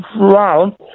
round